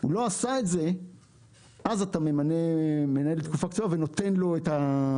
אם היא לא עשתה את זה - אז ממנים מנהל לתקופה קצרה ונותנים לו את הכלים.